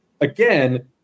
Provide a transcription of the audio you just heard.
again